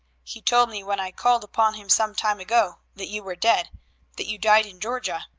he told me when i called upon him some time ago that you were dead that you died in georgia.